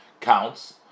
counts